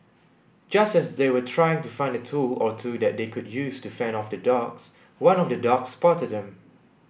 just as they were trying to find a tool or two that they could use to fend off the dogs one of the dogs spotted them